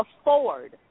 afford